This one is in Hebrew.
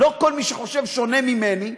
לא כל מי שחושב שונה ממני,